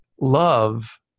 Love